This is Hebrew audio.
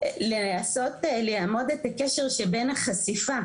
לנסות לעמוד את הקשר שבין החשיפה